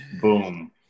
Boom